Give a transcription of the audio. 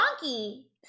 donkey